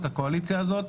של הקואליציה הזאת.